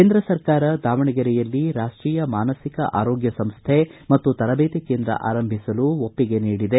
ಕೇಂದ್ರ ಸರ್ಕಾರ ದಾವಣಗೆರೆಯಲ್ಲಿ ರಾಷ್ಟೀಯ ಮಾನಸಿಕ ಆರೋಗ್ಯ ಸಂಸ್ಥೆ ಮತ್ತು ತರಬೇತಿ ಕೇಂದ್ರ ಆರಂಭಿಸಲು ಒಪ್ಪಿಗೆ ನೀಡಿದೆ